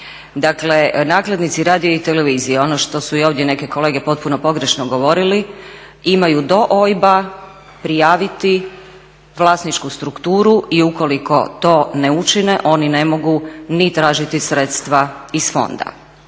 Dakle, nakladnici radija i televizija ono što su i ovdje neke kolege potpuno pogrešno govorili imaju do OIB-a prijaviti vlasničku strukturu i ukoliko to ne učine oni ne mogu ni tražiti sredstva iz fonda.